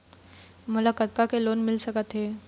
मोला कतका के लोन मिल सकत हे?